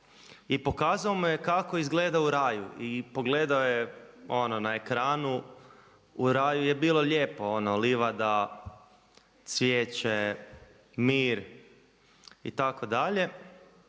i pokazao mu je kako izgleda u raju. I pogledao je ono na ekranu u raju je bilo lijepo ono livada, cvijeće, mir itd.